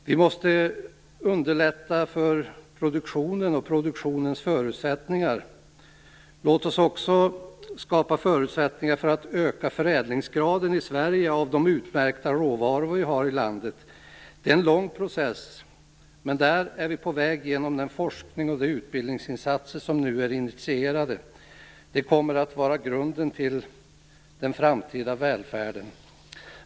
Vi måste underlätta för produktionen och produktionens förutsättningar. Låt oss också skapa förutsättningar för en ökning av förädlingsgraden i Sverige när det gäller våra utmärkta råvaror. Det är en lång process. Men genom den forskning och de utbildningsinsatser som nu är initierade har vi kommit en bit på väg. Detta kommer att utgöra grunden för den framtida välfärden.